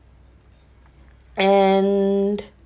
and